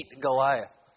Goliath